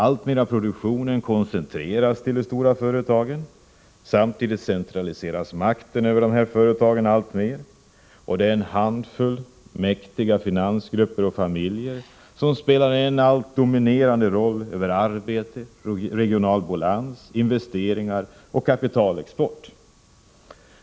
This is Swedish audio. Alltmer av produktionen koncentreras till de stora företagen. Samtidigt centraliseras makten över dessa företag alltmer. Det är en handfull mäktiga finansgrupper och familjer som spelar en helt dominerande roll i vad gäller arbete, regional balans, investeringar och kapitalexport.